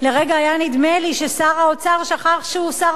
לרגע היה נדמה לי ששר האוצר שכח שהוא שר